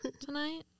tonight